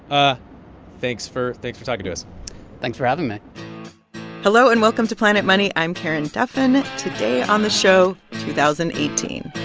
ah thanks for thanks for talking to us thanks for having me hello, and welcome to planet money. i'm karen duffin. today on the show two thousand and eighteen.